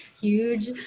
huge